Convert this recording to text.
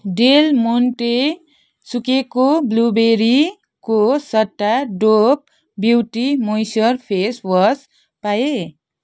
del Monte सुकेको ब्लुबेरीको सट्टा Dove beauty moisture face wash पाएँ